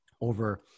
over